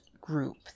group